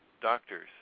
doctors